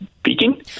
Speaking